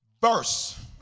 Verse